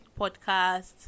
podcast